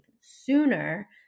sooner